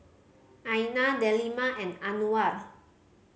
Aina Delima and Anuar